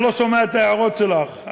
אני לא שומע את ההערות שלך.